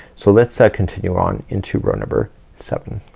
so let's ah continue on into row number seven.